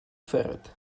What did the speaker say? ferret